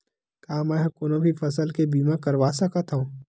का मै ह कोनो भी फसल के बीमा करवा सकत हव?